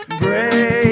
break